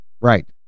right